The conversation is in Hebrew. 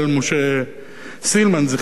של סילמן ז"ל,